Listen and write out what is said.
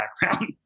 background